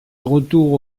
retour